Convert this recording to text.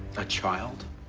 a child?